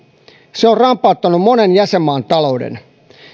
se on rampauttanut monen jäsenmaan talouden